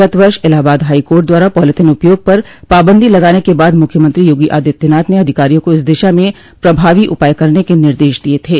गत वर्ष Allahabad high court द्वारा पॉलिथीन उपयोग पर पाबंदी लगाने के बाद मुख्यमंत्री योगी आदित्यनाथ ने अधिकारियों को इस दिशा में प्रभावो उपाय करने के निर्देश दिये थे